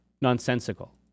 nonsensical